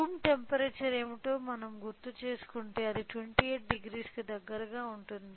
room temperature ఏమిటో మీరు గుర్తుచేసుకుంటే అది 280 కి దగ్గరగా ఉంటుంది